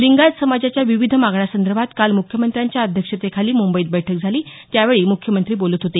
लिंगायत समाजाच्या विविध मागण्यासंदर्भात काल मुख्यमंत्र्यांच्या अध्यक्षतेखाली मुंबईत बैठक झाली त्यावेळी मुख्यमंत्री बोलत होते